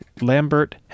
Lambert